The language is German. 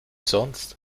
sonst